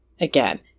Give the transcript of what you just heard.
again